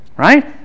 right